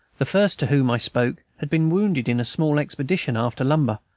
the first to whom i spoke had been wounded in a small expedition after lumber,